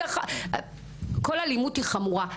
כל אלימות היא חמורה,